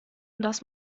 das